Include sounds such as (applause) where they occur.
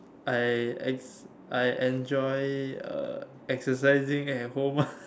I ex I enjoy uh exercising at home ah (laughs)